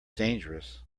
dangerous